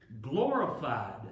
glorified